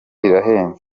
irahenze